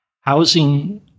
housing